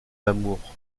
l’amour